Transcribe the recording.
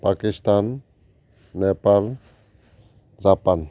Pakistan Nepal Japan